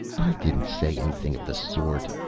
i didn't say anything of the sort,